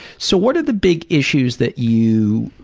so, what are the big issues that you,